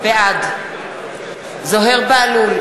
בעד זוהיר בהלול,